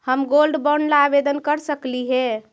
हम gold bond ला आवेदन कर सकली हे?